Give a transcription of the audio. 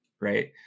right